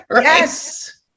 Yes